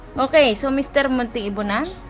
okay, so mr munting ibunan,